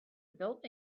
built